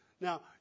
Now